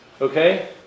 Okay